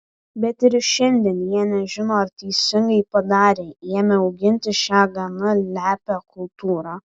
bet ir šiandien jie nežino ar teisingai padarė ėmę auginti šią gana lepią kultūrą